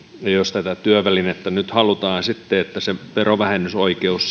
ja ja jos tästä työvälineestä nyt halutaan sitten se verovähennysoikeus